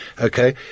okay